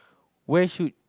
where should